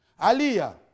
Aliyah